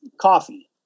coffee